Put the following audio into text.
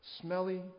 Smelly